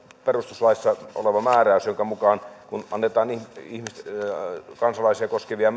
perustuslaissa olevan määräyksen mukaan kun annetaan kansalaisia koskevia